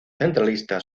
centralista